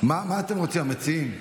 מה אתם רוצים, המציעים?